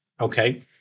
Okay